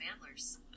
antlers